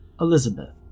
Elizabeth